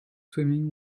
swimming